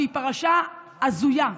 שהיא פרשה הזויה,